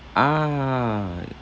ah